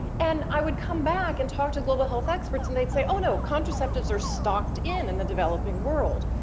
and i would come back and talk to global health experts, and they'd say, oh no, contraceptives are stocked in in the developing world.